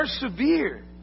persevere